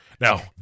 Now